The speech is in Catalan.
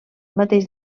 mateix